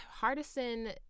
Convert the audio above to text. Hardison